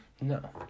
No